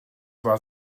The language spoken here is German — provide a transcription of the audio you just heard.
war